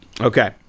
Okay